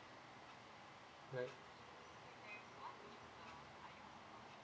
right